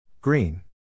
Green